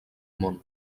món